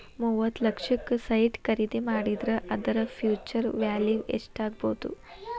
ಮೂವತ್ತ್ ಲಕ್ಷಕ್ಕ ಸೈಟ್ ಖರಿದಿ ಮಾಡಿದ್ರ ಅದರ ಫ್ಹ್ಯುಚರ್ ವ್ಯಾಲಿವ್ ಯೆಸ್ಟಾಗ್ಬೊದು?